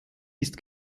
ist